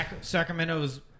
Sacramento's